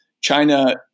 China